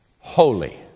holy